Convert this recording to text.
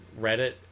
Reddit